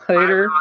Later